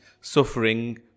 suffering